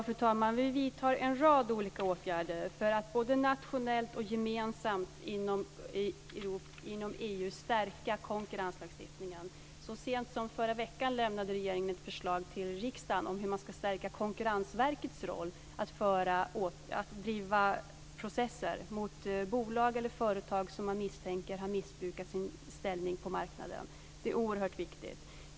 Fru talman! Vi vidtar en rad olika åtgärder för att både nationellt och gemensamt inom EU stärka konkurrenslagstiftningen. Så sent som förra veckan lämnade regeringen ett förslag till riksdagen om hur man ska stärka Konkurrensverkets roll att driva processer mot bolag eller företag som man misstänker har missbrukat sin ställning på marknaden. Det är oerhört viktigt.